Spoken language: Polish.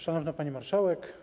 Szanowna Pani Marszałek!